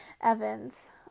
Evans